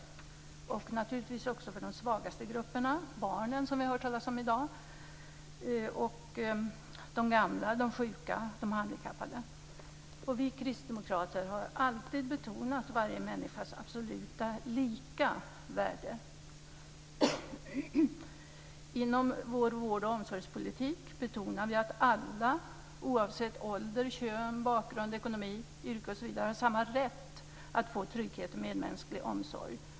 Det gäller naturligtvis också för de svagaste grupperna, t.ex. barnen som vi har talat om i dag och de gamla, sjuka och handikappade. Vi kristdemokrater har alltid betonat varje människas absoluta lika värde. Inom vård och omsorgspolitik betonar vi att alla - oavsett ålder, kön, bakgrund, ekonomi, yrke - har samma rätt att få trygghet och medmänsklig omsorg.